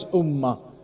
ummah